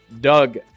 Doug